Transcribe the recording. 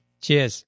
cheers